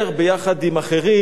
ביחד עם אחרים,